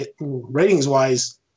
ratings-wise